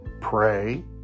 pray